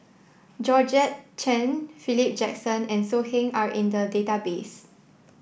Georgette Chen Philip Jackson and So Heng are in the database